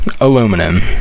aluminum